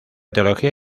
teología